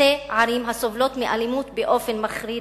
שתי ערים הסובלות מאלימות באופן מחריד.